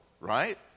Right